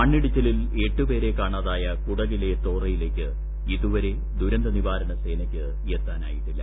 മണ്ണിടിച്ചിലിൽ എട്ട് പേരെ കാണാതായ കുടകിലെ തോറയിലേക്ക് ഇതുവരെ ദുരന്തനിവാരണ സേനയ്ക്ക് എത്താനായിട്ടില്ല